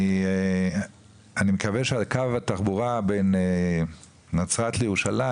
אני מקווה שקו התחבורה בין נצרת לירושלים